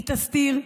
היא תסתיר,